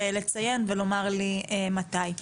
לציין ולומר לי מתי.